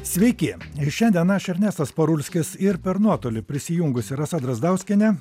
sveiki ir šiandien aš ernestas parulskis ir per nuotolį prisijungusi rasa drazdauskienė